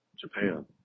Japan